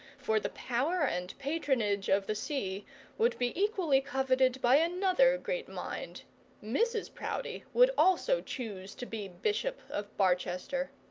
for the power and patronage of the see would be equally coveted by another great mind mrs proudie would also choose to be bishop of barchester.